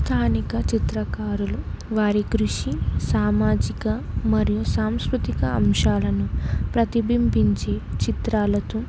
స్థానిక చిత్రకారులు వారి కృషి సామాజిక మరియు సాంస్కృతిక అంశాలను ప్రతిబింబించి చిత్రాలతో